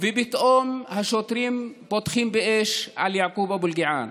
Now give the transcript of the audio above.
ופתאום השוטרים פותחים באש על יעקוב אבו אלקיעאן.